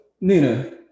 Nina